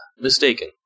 mistaken